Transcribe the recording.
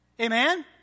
Amen